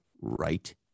right